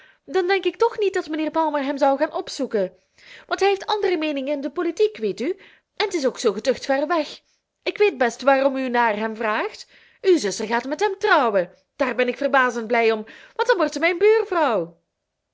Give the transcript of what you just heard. dan denk ik toch niet dat mijnheer palmer hem zou gaan opzoeken want hij heeft andere meeningen in de politiek weet u en t is ook zoo geducht ver weg ik weet best waarom u naar hem vraagt uw zuster gaat met hem trouwen daar ben ik verbazend blij om want dan wordt ze mijn buurvrouw